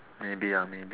maybe ah maybe